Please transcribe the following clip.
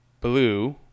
blue